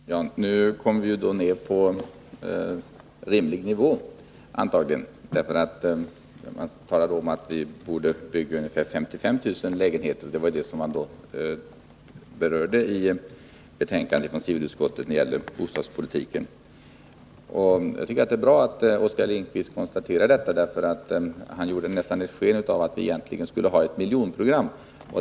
Herr talman! Nu kommer vi antagligen ned på en rimlig nivå. Oskar Lindkvist talade om att vi borde bygga 55 000 lägenheter per år, och det är just den siffran som nämns i civilutskottets betänkande. Det är bra att Oskar Lindkvist konstaterar detta, därför att i ett tidigare inlägg gjorde han nästan sken av att vi egentligen skulle ha ett miljonprogram.